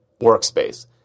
workspace